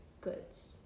goods